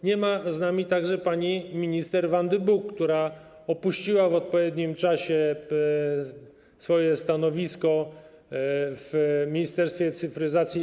Nie ma z nami także pani minister Wandy Buk, która zrezygnowała w odpowiednim czasie ze stanowiska w Ministerstwie Cyfryzacji.